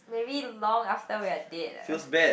maybe long after we're dead ah